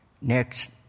Next